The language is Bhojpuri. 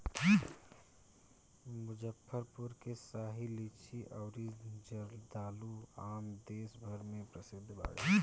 मुजफ्फरपुर के शाही लीची अउरी जर्दालू आम देस भर में प्रसिद्ध बावे